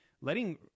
letting